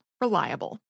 Reliable